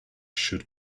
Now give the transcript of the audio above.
should